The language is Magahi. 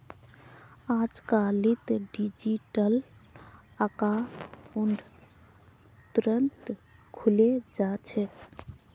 अजकालित डिजिटल अकाउंट तुरंत खुले जा छेक